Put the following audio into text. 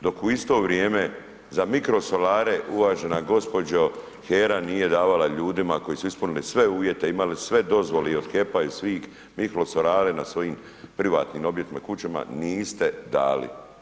Dok u isto vrijeme, za mirkosolare, uvažena gospođo, HERA nije davala ljudima, koji su ispunili sve uvjete, imale su sve dozvole i od HEP-a i svih, mikrosolare na svojim privatnim objektima, kućama, niste dali.